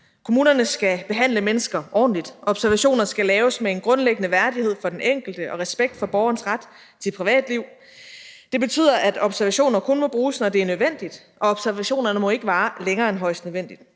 Kommunerne skal behandle mennesker ordentligt. Observationer skal laves med en grundlæggende værdighed for den enkelte og respekt for borgerens ret til privatliv. Det betyder, at observationer kun må bruges, når det er nødvendigt, og observationerne må ikke vare længere end højst nødvendigt.